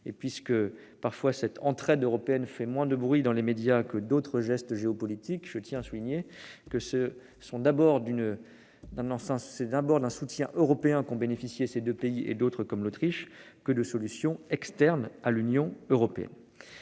Et puisque cette entraide européenne fait parfois moins de bruit dans les médias que d'autres gestes géopolitiques, je tiens donc à le souligner : c'est d'abord d'un soutien européen dont ont bénéficié ces deux pays et d'autres, comme l'Autriche, plutôt que de solutions externes à l'Union européenne.